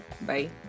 Bye